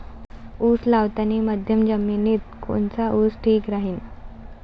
उस लावतानी मध्यम जमिनीत कोनचा ऊस ठीक राहीन?